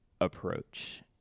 approach